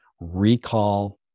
recall